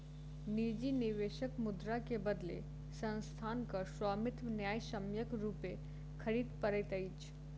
निजी निवेशक मुद्रा के बदले संस्थानक स्वामित्व न्यायसम्यक रूपेँ खरीद करैत अछि